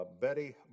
Betty